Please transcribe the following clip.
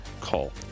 call